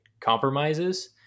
Compromises